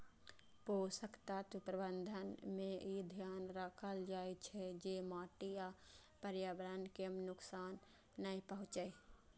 पोषक तत्व प्रबंधन मे ई ध्यान राखल जाइ छै, जे माटि आ पर्यावरण कें नुकसान नै पहुंचै